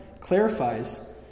clarifies